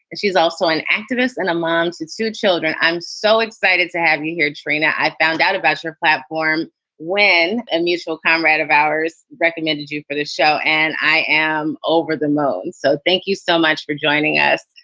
she's also an activist and a mom to two children. i'm so excited to have you here, trina. i found out about your platform when a mutual comrade of ours recommended you for the show, and i am over the moon. so thank you so much for joining us.